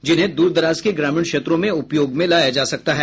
जिन्हें दूरदराज के ग्रामीण क्षेत्रों में उपयोग में लाया जा सकता है